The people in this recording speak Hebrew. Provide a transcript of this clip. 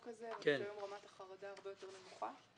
הזה והיום רמת החרדה הרבה יותר נמוכה.